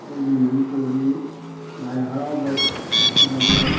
ꯑꯩꯈꯣꯏꯒꯤ ꯃꯅꯤꯄꯨꯔꯒꯤ ꯂꯥꯏ ꯍꯔꯥꯎꯕ ꯖꯒꯣꯏ